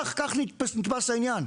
כך נתפס העניין.